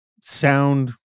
sound